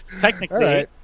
Technically